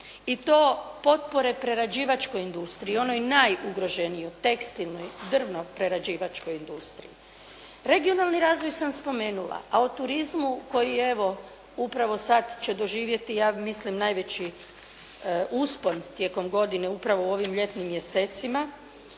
i to potpore prerađivačkoj industriji, onoj najugroženijoj, tekstilnoj, drvno-prerađivačkoj industriji. Regionalni razvoj sam spomenula, a o turizmu koji je, evo upravo sad će doživjeti, ja mislim najveći uspon tijekom godine upravo u ovim ljetnim mjesecima